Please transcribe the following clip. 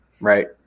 right